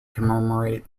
commemorate